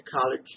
college